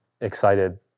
excited